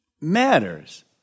matters